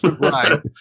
Right